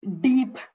deep